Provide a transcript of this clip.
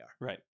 Right